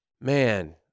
man